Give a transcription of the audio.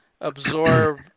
absorb